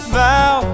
vow